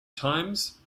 times